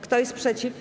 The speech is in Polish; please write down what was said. Kto jest przeciw?